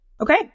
Okay